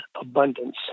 abundance